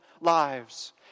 lives